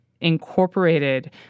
incorporated